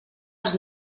els